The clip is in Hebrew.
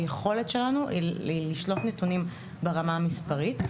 היכולת שלנו היא לשלוף נתונים ברמה המספרית.